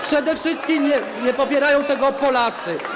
Przede wszystkim nie popierają tego Polacy.